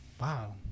Wow